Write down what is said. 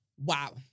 Wow